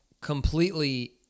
completely